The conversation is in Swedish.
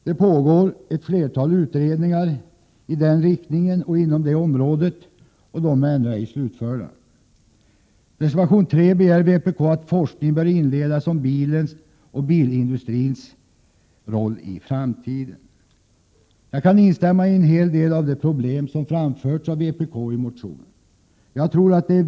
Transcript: Det pågår ett flertal utredningar i den riktningen inom detta område, och de är ännu ej slutförda. I reservation 3 begär vpk att forskning bör inledas om bilens och bilindustrins roll i framtiden. Jag kan instämma i en hel del av de problem som framförs av vpk i motionen.